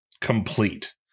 complete